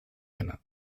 kenne